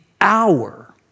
hour